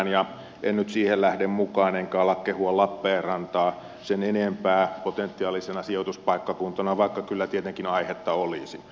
en nyt siihen lähde mukaan enkä ala kehua lappeenrantaa sen enempää potentiaalisena sijoituspaikkakuntana vaikka kyllä tietenkin aihetta olisi